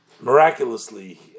miraculously